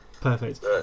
perfect